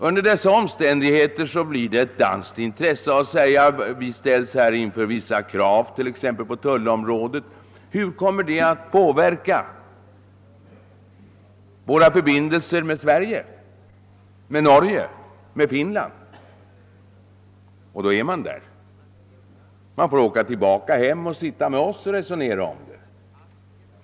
Under dessa omständigheter blir det ett danskt intresse att när man ställs inför vissa krav på tullområdet fråga sig, hur dessa kommer att påverka Danmarks förbindelser med Sverige, Norge och Finland. Förhandlarna får då åka tillbaka hem och resonera med oss om detta.